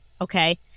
Okay